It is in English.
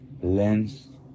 lens